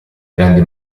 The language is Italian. grandi